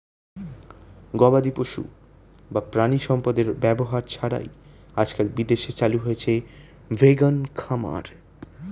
গবাদিপশু বা প্রাণিসম্পদের ব্যবহার ছাড়াই আজকাল বিদেশে চালু হয়েছে ভেগান খামার